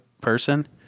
person